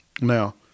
Now